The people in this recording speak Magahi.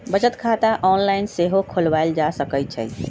बचत खता ऑनलाइन सेहो खोलवायल जा सकइ छइ